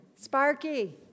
Sparky